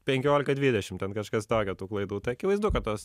penkiolika dvidešim ten kažkas tokio tų klaidų tai akivaizdu kad tas